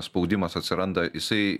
spaudimas atsiranda jisai